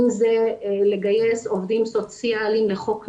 אם זה לגייס עובדים סוציאליים לחוק נוער,